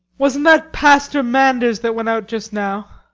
wasn't that pastor manders that went out just now?